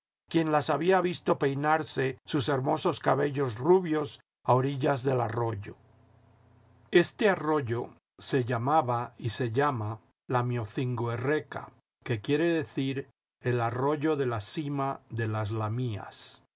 quién las había visto peinarse sus hermosos cabellos rubios a orillas del arroyo este arroyo se llamaba y se llama lamiocingoe rreca que quiere decir el arroyo de la sima de las lamias